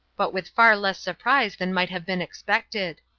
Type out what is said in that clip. but with far less surprise than might have been expected.